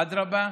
אדרבה,